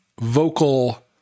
vocal